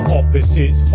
opposites